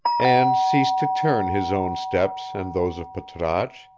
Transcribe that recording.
and ceased to turn his own steps and those of patrasche,